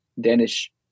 Danish